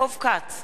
אינו נוכח